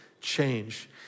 change